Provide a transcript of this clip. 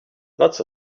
lots